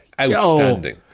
outstanding